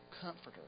comforter